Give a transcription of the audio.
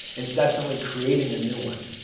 incessantly creating a new one.